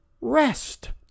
rest